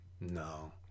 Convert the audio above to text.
No